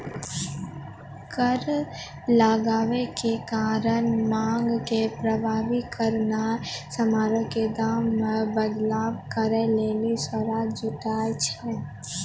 कर लगाबै के कारण मांग के प्रभावित करनाय समानो के दामो मे बदलाव करै लेली राजस्व जुटानाय छै